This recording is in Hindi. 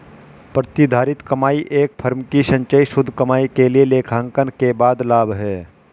प्रतिधारित कमाई एक फर्म की संचयी शुद्ध कमाई के लिए लेखांकन के बाद लाभ है